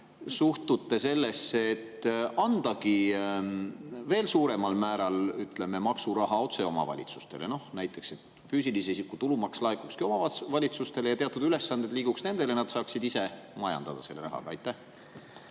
suhtute sellesse, et andagi veel suuremal määral maksuraha otse omavalitsustele? Näiteks, et füüsilise isiku tulumaks laekukski omavalitsustele ja teatud ülesanded liiguksid nendele ja nad saaksid ise majandada selle rahaga. Aitäh,